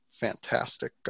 fantastic